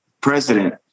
president